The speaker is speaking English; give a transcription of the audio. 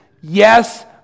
yes